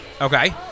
Okay